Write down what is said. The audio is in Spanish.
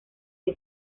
que